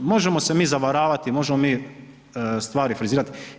Možemo se mi zavaravati, možemo mi stvari frizirati.